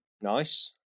Nice